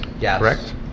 correct